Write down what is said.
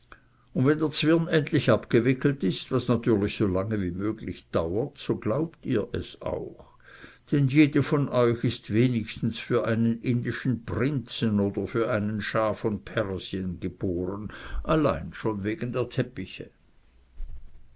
und wenn der zwirn endlich abgewickelt ist was natürlich solange wie möglich dauert so glaubt ihr es auch denn jede von euch ist wenigstens für einen indischen prinzen oder für einen schah von persien geboren allein schon wegen der teppiche